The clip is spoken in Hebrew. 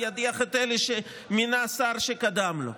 ידיח את אלה שמינה השר שקדם לו.